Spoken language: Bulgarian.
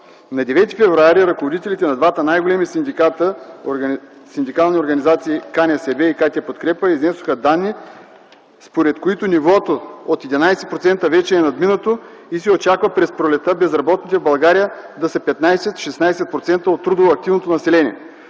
На 9 февруари ръководителите на двете най-големи синдикални организации – КНСБ и КТ „Подкрепа”, изнесоха данни, според които нивото от 11% вече е надминато и се очаква през пролетта безработните в България да са 15-16% от трудово активното население.